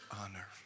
honor